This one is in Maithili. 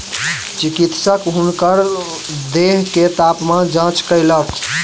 चिकित्सक हुनकर देह के तापमान जांच कयलक